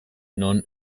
non